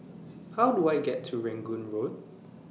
How Do I get to Rangoon Road